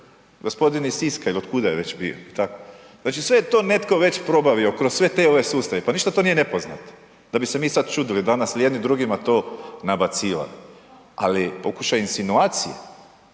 Gospodin iz Siska ili od kuda je već bio. Znači sve je to netko već probavio kroz sve te ove sustave, pa ništa to nije nepoznato da bi se mi sad čudili, danas jedni drugima to nabacivali. Ali, pokušaj insinuacije